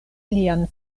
lian